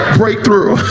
breakthrough